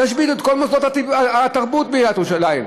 תשביתו את כל מוסדות התרבות בעיריית ירושלים.